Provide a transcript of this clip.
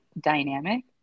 dynamic